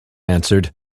answered